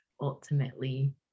ultimately